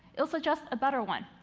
it'll suggest a better one.